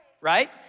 right